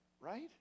right